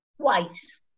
twice